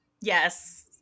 Yes